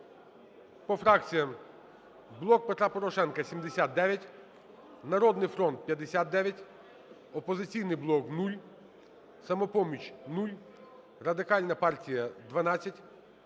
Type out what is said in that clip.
По фракціях: "Блок Петра Порошенка" – 79, "Народний фронт" – 59, "Опозиційний блок" – 0, "Самопоміч" – 0, Радикальна партія – 12,